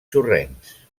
sorrencs